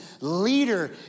leader